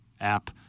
app